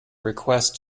request